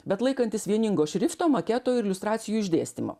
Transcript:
bet laikantis vieningo šrifto maketo iliustracijų išdėstymo